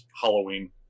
Halloween